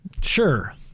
sure